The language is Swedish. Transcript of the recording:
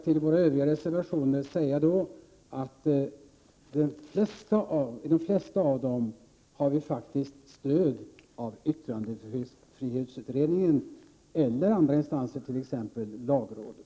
Till våra övriga reservationer vill jag säga att de flesta av dem faktiskt har stöd av yttrandefrihetsutredningen eller andra instanser, t.ex. lagrådet.